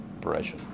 pressure